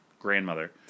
grandmother